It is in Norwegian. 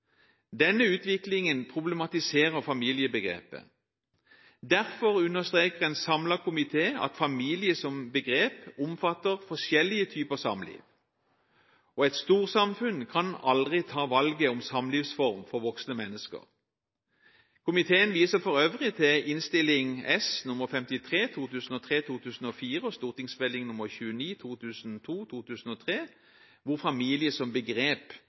Denne utviklingen problematiserer familiebegrepet. Derfor understreker en samlet komité at «familie» som begrep omfatter forskjellige typer samliv, og et storsamfunn kan aldri ta valget om samlivsform for voksne mennesker. Komiteen viser for øvrig til Innst. S. nr. 53 for 2003–2004 og St.meld. nr. 29 for 2002–2003, hvor «familie» som begrep